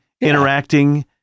interacting